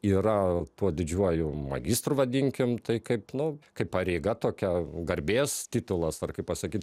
yra tuo didžiuoju magistru vadinkim tai kaip nu kaip pareiga tokia garbės titulas ar kaip pasakyt